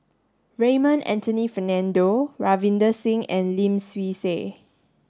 Raymond Anthony Fernando Ravinder Singh and Lim Swee Say